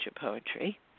poetry